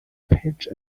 page